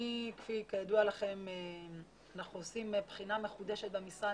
כידוע לכם אנחנו עושים בחינה מחודשת במשרד